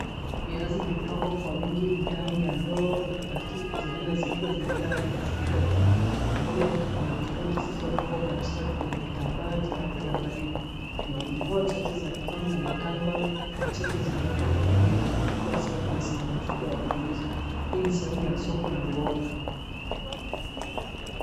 Viazi vimepangwa kwa wingi ndani ya ndoo ya plastiki zingine zikiwa zimejaa hadi kufunika juu. Na mbele yake kuna karoti zilizopangwa kwa mstari kwenye kitambaa cha rangi ya waridi. Pilipili hoho chache za kijani na matango machache zimewekwa pembeni ya kando na zikiwa safi na zenye mvuto wa kuuza. Hii ni sehemu ya soko la mboga.